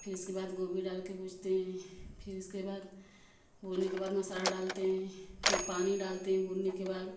फिर इसके बाद गोभी डालके भूजते हैं फिर इसके बाद होने के बाद मसाला डालते हैं फिर पानी डालते हैं भूनने के बाद